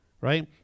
right